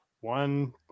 one